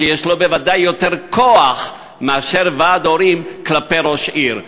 שיש לו בוודאי יותר כוח מאשר לוועד הורים כלפי ראש עיר.